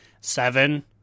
seven